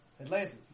Atlantis